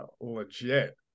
legit